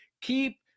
keep